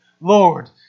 Lord